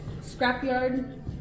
scrapyard